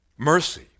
Mercy